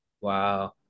Wow